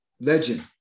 Legend